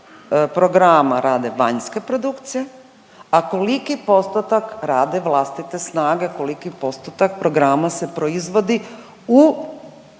programa rade vanjske produkcije, a koliki postotak rade vlastite snage, koliki postotak programa se proizvodi u